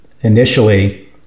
Initially